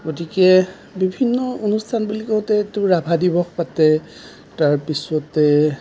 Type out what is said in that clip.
গতিকে বিভিন্ন অনুষ্ঠান বুলি কওঁতেতো ৰাভা দিৱস পাতে তাৰপিছতে